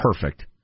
Perfect